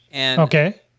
Okay